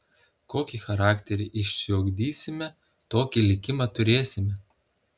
kokį charakterį išsiugdysime tokį likimą turėsime